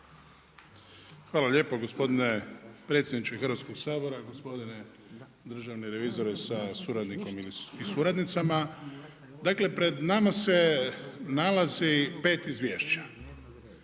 Hvala lijepo gospodine predsjedniče Hrvatskog sabora. Gospodine državni revizore sa suradnikom i suradnicama. Dakle pred nama se nalazi pet izvješća,